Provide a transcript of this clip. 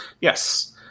Yes